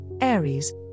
aries